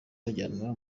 bajyanwa